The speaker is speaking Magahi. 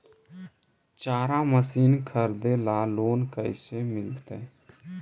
चारा मशिन खरीदे ल लोन कैसे मिलतै?